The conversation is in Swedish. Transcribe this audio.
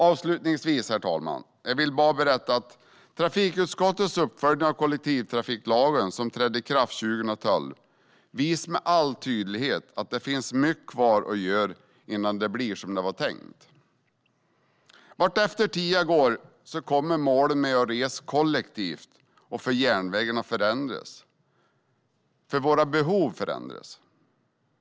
Avslutningsvis, herr talman, vill jag bara berätta att trafikutskottets uppföljning av den kollektivtrafiklag som trädde i kraft 2012 med all tydlighet visar att det finns mycket kvar att göra innan det blir som det var tänkt. Vartefter tiden går kommer målen med att resa kollektivt och för järnvägen att förändras, för våra behov förändras.